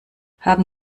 haben